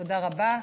תודה רבה.